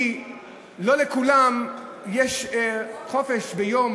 כי לא לכולם יש חופש ביום